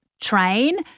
train